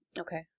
Okay